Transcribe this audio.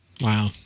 Wow